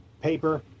paper